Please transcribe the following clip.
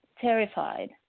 terrified